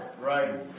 Right